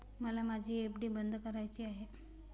मला माझी एफ.डी बंद करायची आहे